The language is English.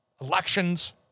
elections